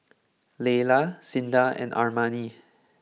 Laylah Cinda and Armani